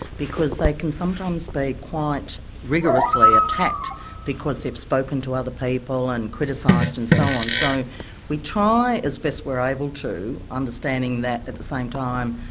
because they can sometimes be quite rigorously attacked because they've spoken to other people and criticised and so on. so we try, as best we're able to, understanding that at the same time,